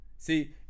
see